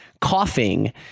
coughing